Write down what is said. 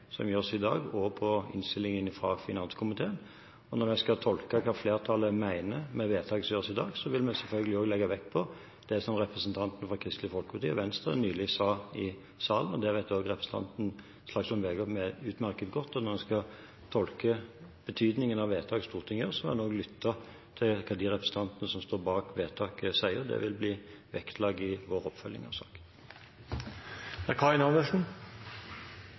som gjøres i dag, og på innstillingen fra finanskomiteen. Når vi skal tolke hva flertallet mener med vedtaket som gjøres i dag, vil vi selvfølgelig også legge vekt på det som representantene fra Kristelig Folkeparti og Venstre nylig sa i salen. Også representanten Slagsvold Vedum vet utmerket godt at når en skal tolke betydningen av vedtak Stortinget gjør, må en også lytte til hva representantene som står bak vedtaket, sier, og det vil bli vektlagt i vår oppfølging av saken.